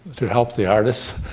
to help the artists.